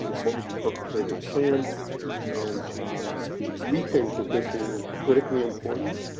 what was the perpetrator's plan and we think that this is critically important,